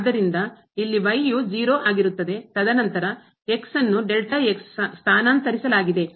ಆದ್ದರಿಂದ ಇಲ್ಲಿ ಯು 0 ಆಗಿರುತ್ತದೆ ತದನಂತರ x ನ್ನು ಸ್ಥಾನಾಂತರಿಸಲಾಗಿದೆ